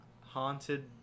haunted